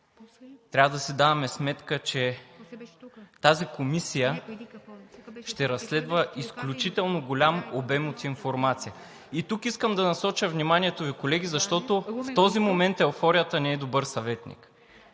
Трябва да си даваме сметка, че тази комисия ще разследва изключително голям обем от информация. И тук искам да насоча вниманието Ви, колеги, защото в този момент еуфорията не е добър съветник.